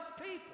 people